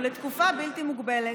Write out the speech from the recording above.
ולתקופה בלתי מוגבלת.